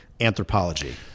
anthropology